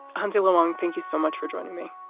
hansi lo wang, thank you so much for joining me.